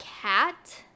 cat